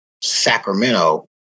Sacramento